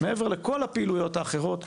מעבר לכל הפעילויות האחרות,